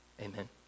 Amen